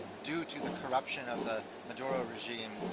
due to the corruption of the maduro regime,